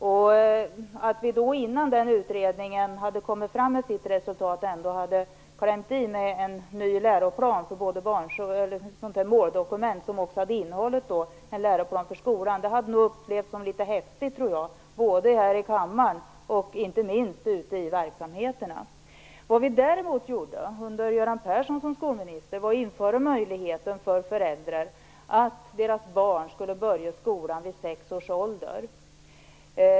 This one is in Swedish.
Om vi innan den utredningen kommit fram till sitt resultat hade klämt i med ett måldokument för barnsomsorg som också innehållit en läroplan för skolan, hade det nog upplevts som något häftigt, både här i kammaren och inte minst ute i verksamheterna. Vad vi däremot gjorde under tiden med Göran Persson som skolminister var att införa möjligheten för föräldrar att bestämma om deras barn skulle börja skolan vid sex års ålder.